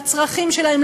לצרכים שלהם,